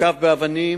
הותקף באבנים,